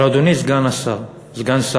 אבל, אדוני סגן שר האוצר,